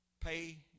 pay